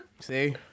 See